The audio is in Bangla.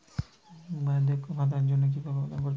বার্ধক্য ভাতার জন্য কিভাবে আবেদন করতে হয়?